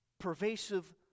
Pervasive